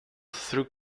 through